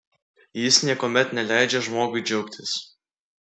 jis niekuomet neleidžia žmogui džiaugtis